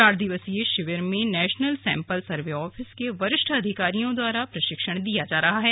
चार दिवसीय शिविर में नेशनल सैम्पल सर्वे आफिस के वरिष्ठ अधिकारियों द्वारा प्रशिक्षण दिया जा रहा है